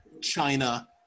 China